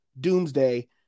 Doomsday